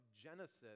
Genesis